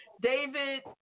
David